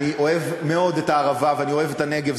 אני אוהב מאוד את הערבה ואני אוהב את הנגב,